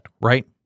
Right